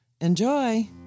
Enjoy